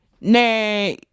now